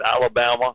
Alabama